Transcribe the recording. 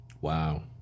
Wow